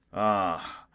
ah,